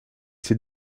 ces